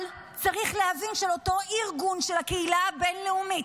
אבל צריך להבין שאותו ארגון של הקהילה הבין-לאומית,